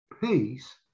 peace